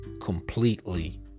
completely